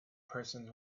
persons